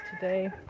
today